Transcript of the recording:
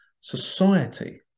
society